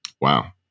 Wow